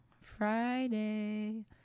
Friday